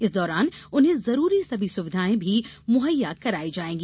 इस दौरान उन्हें जरूरी सभी सुविधाएं भी मुहैया कराई जायेंगी